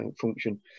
function